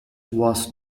was